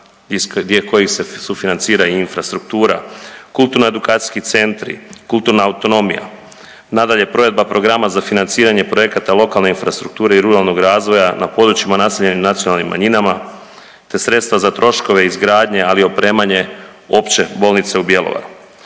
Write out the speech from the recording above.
kojih se sufinancira i infrastruktura, kulturno-edukacijski centri, kulturna autonomija, nadalje provedba programa za financiranje projekata lokalne infrastrukture i ruralnog razvoja na područjima naseljenim nacionalnim manjinama, te sredstva za troškove izgradnje, ali i opremanje Opće bolnice u Bjelovare.